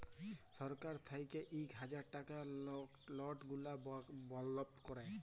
ছরকার থ্যাইকে ইক হাজার টাকার লট গুলা বল্ধ ক্যরে